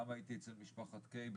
גם הייתי אצל משפחת קיי,